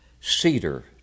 cedar